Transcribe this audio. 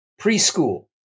preschool